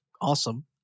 awesome